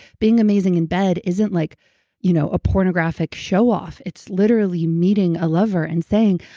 being amazing in bed isn't like you know a pornographic showoff. it's literally meeting a lover and saying,